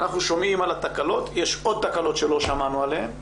אנחנו שומעים על התקלות אבל יש עוד תקלות שלא שמענו עליהן.